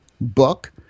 book